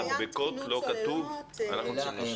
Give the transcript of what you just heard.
המדבקות לא כתוב, אנחנו צריכים להוסיף.